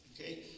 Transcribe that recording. Okay